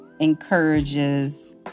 encourages